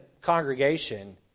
congregation